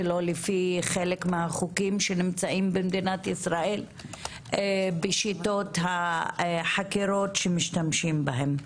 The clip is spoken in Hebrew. ולא לפי חלק מהחוקים שנמצאים במדינת ישראל בשיטות החקירות שמשתמשים בהן.